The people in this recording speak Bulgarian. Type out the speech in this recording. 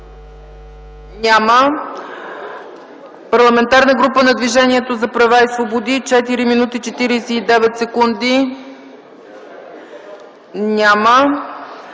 Няма. Парламентарната група на Движението за права и свободи – 4 мин. 49 сек. Няма.